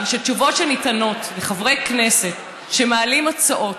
שתשובות שניתנות לחברי כנסת שמעלים הצעות,